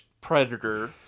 predator